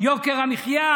יוקר המחיה.